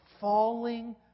falling